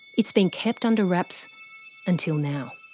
it's been kept under wraps until now.